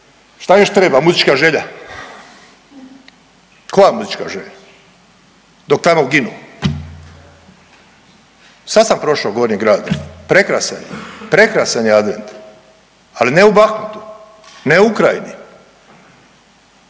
šta još treba muzička želja, koja muzička želja dok tamo ginu. Sad sam prošao Gornjim gradom prekrasan je, prekrasan je advent ali ne u Bakhmutu, ne u Ukrajini,